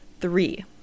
three